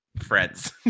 friends